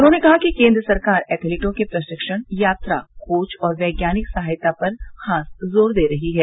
उन्होंने कहा कि केंद्र सरकार एथलीटों के प्रशिक्षण यात्रा कोच और वैज्ञानिक सहायता पर खास जोर दे रही है